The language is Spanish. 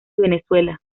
venezuela